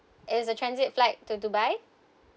it's a transit flight to dubai